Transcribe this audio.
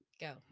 Go